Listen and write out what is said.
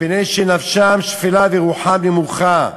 מפני שנפשם שפלה ורוחם נמוכה".